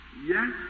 Yes